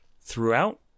throughout